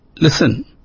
listen